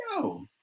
no